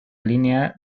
línea